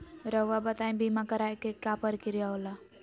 रहुआ बताइं बीमा कराए के क्या प्रक्रिया होला?